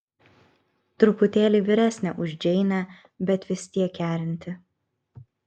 truputėlį vyresnė už džeinę bet vis tiek kerinti